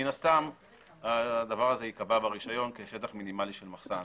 מן הסתם הדבר הזה ייקבע ברישיון כשטח מינימלי של מחסן.